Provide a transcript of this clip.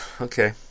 Okay